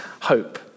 hope